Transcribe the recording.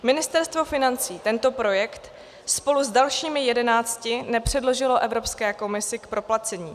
Ministerstvo financí tento projekt spolu s dalšími 11 nepředložilo Evropské komisi k proplacení.